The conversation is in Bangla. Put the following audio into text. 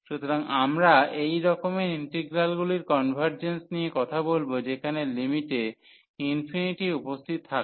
সুতরাং আমরা এই রকমের ইন্টিগ্রালেরগুলির কনভারর্জেন্স নিয়ে কথা বলব যেখানে লিমিটে ∞ উপস্থিতি থাকে